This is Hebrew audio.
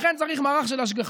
לכן צריך מערך של השגחה.